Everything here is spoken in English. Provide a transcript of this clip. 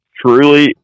Truly